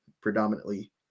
predominantly